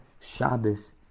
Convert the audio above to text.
Shabbos